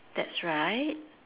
that's right